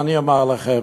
מה אני אומר לכם?